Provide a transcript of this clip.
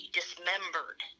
dismembered